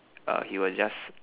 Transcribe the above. err he was just